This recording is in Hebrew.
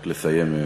רק לסיים.